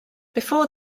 before